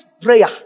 prayer